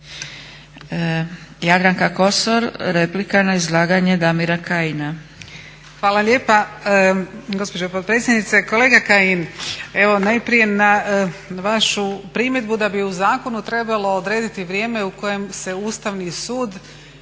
Jadranka Kosor, replika na izlaganje Damira Kajina. **Kosor, Jadranka (Nezavisni)** Hvala lijepa gospođo potpredsjednice. Kolega Kajin, evo najprije na vašu primjedbu da bi u zakonu trebalo odrediti vrijeme u kojem se Ustavni sud